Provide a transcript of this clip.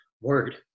word